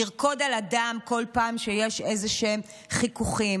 לרקוד על הדם כל פעם שיש איזשהם חיכוכים.